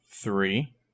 Three